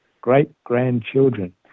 great-grandchildren